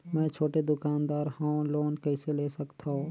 मे छोटे दुकानदार हवं लोन कइसे ले सकथव?